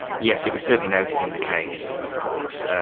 yes, it was certainly noted in the case, of course,